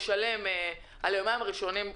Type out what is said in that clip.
ישלם עבור היומיים הראשונים,